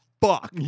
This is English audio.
fuck